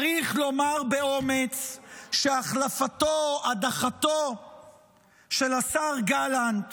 צריך לומר באומץ שהחלפתו-הדחתו של השר גלנט